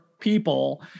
People